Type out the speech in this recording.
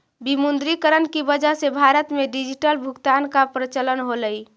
विमुद्रीकरण की वजह से भारत में डिजिटल भुगतान का प्रचलन होलई